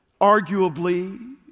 arguably